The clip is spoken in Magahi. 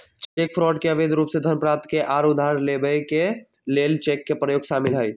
चेक फ्रॉड में अवैध रूप से धन प्राप्त करे आऽ उधार लेबऐ के लेल चेक के प्रयोग शामिल हइ